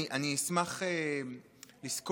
אני אשמח לסקור,